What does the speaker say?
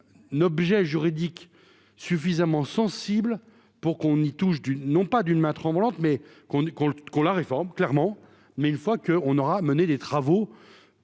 n'objet juridique suffisamment sensible pour qu'on y touche du non pas d'une main tremblante mais qu'on est con con la réforme clairement mais une fois qu'on aura à mener des travaux